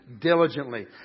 Diligently